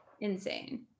insane